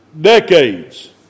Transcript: decades